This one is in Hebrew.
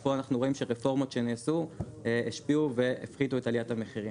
פה אנחנו רואים שרפורמות שנעשו השפיעו והפחיתו את עליית המחירים.